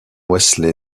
wesley